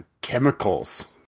chemicals